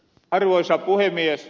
arvoisa puhemies